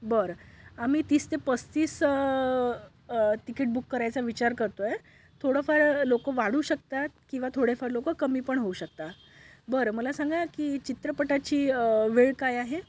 बरं आम्ही तीस ते पस्तीस तिकीट बुक करायचा विचार करतो आहे थोडंफार लोक वाढू शकतात किंवा थोडेफार लोक कमी पण होऊ शकता बरं मला सांगा की चित्रपटाची वेळ काय आहे